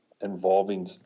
involving